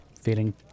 feeling